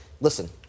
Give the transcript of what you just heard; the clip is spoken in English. listen